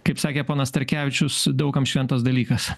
kaip sakė ponas starkevičius daug kam šventas dalykas